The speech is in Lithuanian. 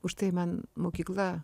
už tai man mokykla